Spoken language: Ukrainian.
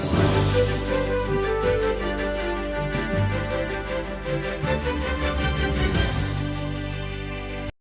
Дякую.